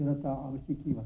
स्थिरता आवश्यकी वर्तते